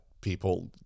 people